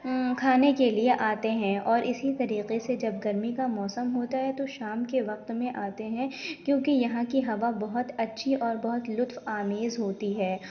کھانے کے لیے آتے ہیں اور اسی طریقے سے جب گرمی کا موسم ہوتا ہے تو شام کے وقت میں آتے ہیں کیوں کہ یہاں کی ہوا بہت اچھی اور بہت لطف آمیز ہوتی ہے